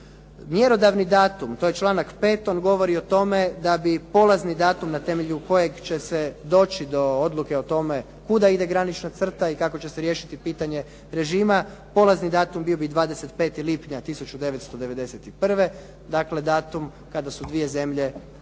Mjerodavni datum, to je članak 5., on govori o tome da bi polazni datum na temelju kojeg će se doći do odluke o tome kuda ide granična crta i kako će se riješiti pitanje režima. Polazni datum bio bi 25. lipnja 1991., dakle datum kada su dvije zemlje